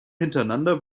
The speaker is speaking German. hintereinander